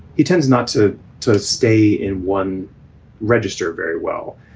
he tends not to to stay in one register very well.